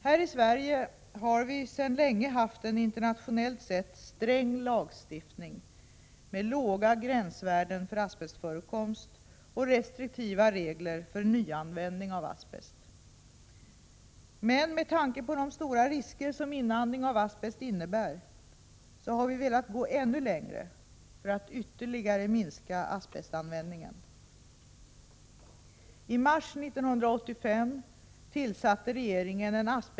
Här i Sverige har vi sedan länge haft en internationellt sett sträng lagstiftning med låga gränsvärden för asbestförekomst och restriktiva regler för nyanvändning av asbest. Men med tanke på de stora risker som inandning av asbest innebär har vi velat gå ännu längre för att ytterligare minska asbestanvändningen.